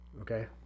okay